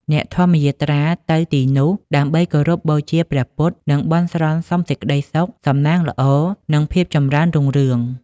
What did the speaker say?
អ្នកធម្មយាត្រាទៅទីនោះដើម្បីគោរពបូជាព្រះពុទ្ធ និងបន់ស្រន់សុំសេចក្តីសុខ សំណាងល្អ និងភាពចម្រើនរុងរឿង។